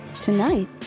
Tonight